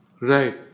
Right